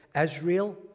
Israel